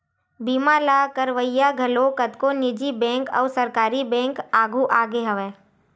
बीमा ल करवइया घलो कतको निजी बेंक अउ सरकारी बेंक आघु आगे हवय